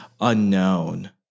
unknown